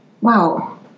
wow